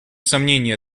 сомнения